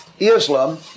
Islam